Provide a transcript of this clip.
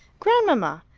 grandmamma!